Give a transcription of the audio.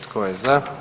Tko je za?